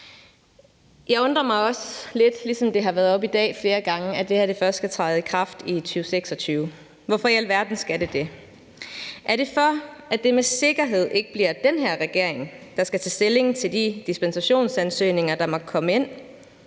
Jeg undrer mig også lidt over, ligesom det har været oppe i dag flere gange, at det her først skal træde i kraft i 2026. Hvorfor i alverden skal det det? Er det, fordi det med sikkerhed så ikke bliver den her regering, der skal tage stilling til de dispensationsansøgninger, der måtte komme ind